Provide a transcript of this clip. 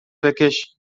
بکش